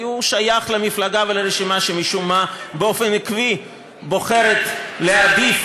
כי הוא שייך למפלגה ולרשימה שמשום מה באופן עקבי בוחרת להעדיף